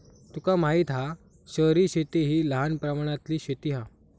तुका माहित हा शहरी शेती हि लहान प्रमाणातली शेती हा